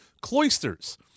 cloisters